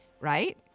right